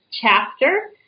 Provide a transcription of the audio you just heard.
chapter